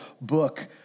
book